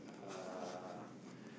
uh